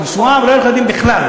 את נשואה ולא היו לך ילדים בכלל,